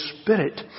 Spirit